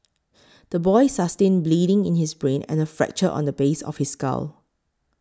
the boy sustained bleeding in his brain and a fracture on the base of his skull